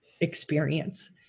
experience